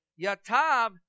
Yatab